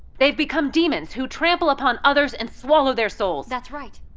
they've become demons who trample upon others and swallow their souls. that's right.